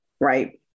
right